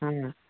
ହଁ